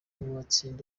urukino